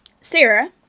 Sarah